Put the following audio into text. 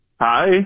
Hi